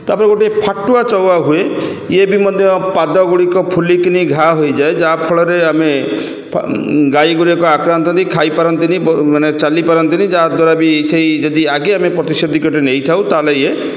ତା'ପରେ ଗୋଟେ ଫାଟୁଆ ଚଉଆ ହୁଏ ଇଏ ବି ମଧ୍ୟ ପାଦଗୁଡ଼ିକ ଫୁଲିକିନି ଘା' ହୋଇଯାଏ ଯାହା ଫଳରେ ଆମେ ଗାଈଗୁଡ଼ିକ ଆକ୍ରାନ୍ତ ହୋଇଥାନ୍ତି ଖାଇପାରନ୍ତିନି ମାନେ ଚାଲିପାରନ୍ତିନି ଯାହା ଦ୍ୱାରା ବି ସେହି ଯଦି ଆଗେ ଆମେ ପ୍ରତିଷେଧକଟି ନେଇଥାଉ ତା'ହେଲେ ଇଏ